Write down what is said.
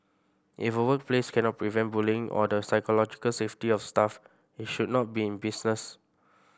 if a workplace cannot prevent bullying or the psychological safety of staff it should not be in business